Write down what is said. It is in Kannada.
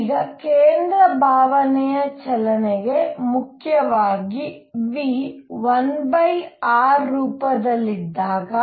ಈಗ ಕೇಂದ್ರ ಭಾವನೆಯ ಚಲನೆಗೆ ಮುಖ್ಯವಾಗಿ v 1r ರೂಪದಲ್ಲಿದ್ದಾಗ